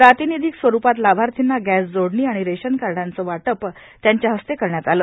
प्रातिनिधिक स्वरुपात लाभार्थींना गॅस जोडणी आणि रेशन कार्डचे वाटप त्यांच्या हस्ते करण्यात आले